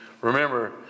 remember